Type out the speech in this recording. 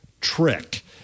trick